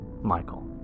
Michael